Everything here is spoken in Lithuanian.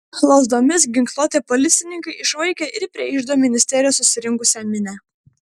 lazdomis ginkluoti policininkai išvaikė ir prie iždo ministerijos susirinksią minią